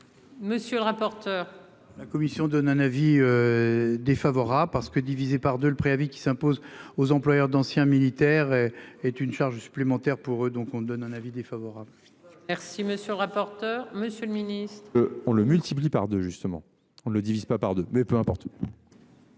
Monsieur le rapporteur. La commission donne un avis. Défavorable parce que diviser par 2 le préavis qui s'imposent aux employeurs d'anciens militaires est une charge supplémentaire pour eux donc on ne donne un avis défavorable. Merci monsieur le rapporteur. Monsieur le Ministre. On le multiplie par 2, justement on ne le divise pas par deux, mais peu importe.